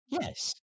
yes